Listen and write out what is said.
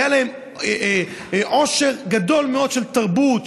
היה להם עושר גדול מאוד של תרבות,